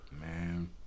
Man